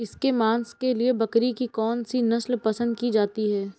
इसके मांस के लिए बकरी की कौन सी नस्ल पसंद की जाती है?